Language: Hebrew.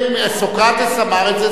סוקרטס אמר את זה,